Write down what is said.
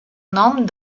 nom